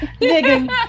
digging